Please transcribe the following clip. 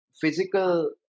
physical